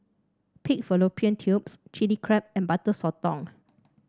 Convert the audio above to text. Pig Fallopian Tubes Chili Crab and Butter Sotong